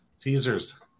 teasers